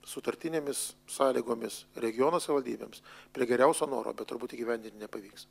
sutartinėmis sąlygomis regiono savivaldybėms prie geriausio noro bet turbūt įgyvendinti nepavyks